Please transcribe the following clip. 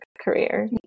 career